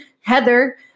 Heather